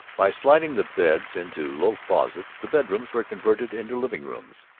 by sliding the beds into low closets the bedrooms were converted into living-rooms.